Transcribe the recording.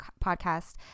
podcast